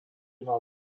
mal